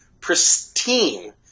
pristine